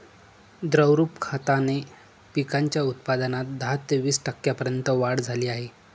द्रवरूप खताने पिकांच्या उत्पादनात दहा ते वीस टक्क्यांपर्यंत वाढ झाली आहे